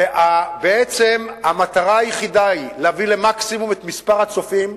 ובעצם המטרה היחידה היא להביא למקסימום את מספר הצופים,